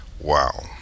Wow